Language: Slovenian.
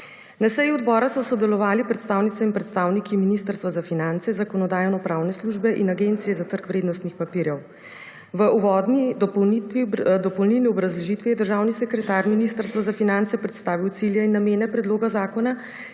Na seji odbora so sodelovali predstavnice in predstavniki Ministrstva za finance, Zakonodajno-pravne službe in Agencije za trg vrednostnih papirjev. V uvodni dopolnilni obrazložitvi, je državni sekretar Ministrstva za finance predstavil cilje in namene predloga zakona,